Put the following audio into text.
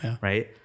right